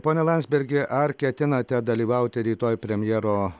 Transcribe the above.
pone landsbergi ar ketinate dalyvauti rytoj premjero